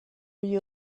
you